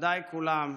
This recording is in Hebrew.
מכובדיי כולם,